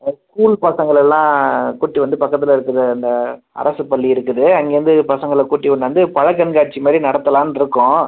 அதாவது ஸ்கூல் பசங்களெலாம் கூட்டி வந்து பக்கத்தில் இருக்கிற இந்த அரசு பள்ளி இருக்குது அங்கேருந்து பசங்களை கூட்டி கொண்டாந்து பழ கண்காட்சி மாதிரி நடத்தலாண்டுருக்கோம்